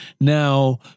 now